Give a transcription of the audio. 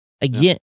again